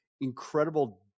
incredible